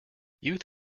youth